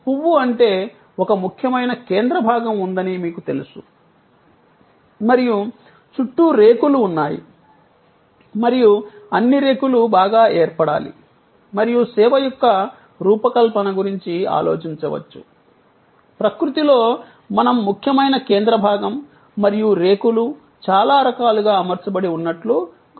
పువ్వు అంటే ఒక ముఖ్యమైన కేంద్ర భాగం ఉందని మీకు తెలుసు మరియు చుట్టూ రేకులు ఉన్నాయి మరియు అన్ని రేకులు బాగా ఏర్పడాలి మరియు సేవ యొక్క రూపకల్పన గురించి ఆలోచించవచ్చు ప్రకృతిలో మనం ముఖ్యమైన కేంద్ర భాగం మరియు రేకులు చాలా రకాలుగా అమర్చబడి ఉన్నట్లు కనుగొన్నాము